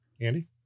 Andy